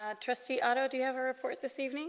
ah trustee otto do you ever report this evening